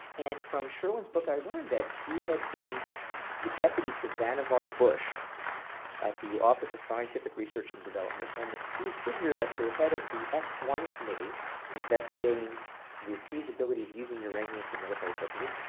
and from sherwin's book, i learned that he had been the deputy to vannevar bush at the office of scientific research and development, and the key figure at the head of the s one committee investigating the feasibility of using uranium for military purposes.